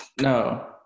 No